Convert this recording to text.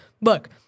Look